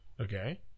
Okay